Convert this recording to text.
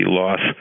loss